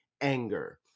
anger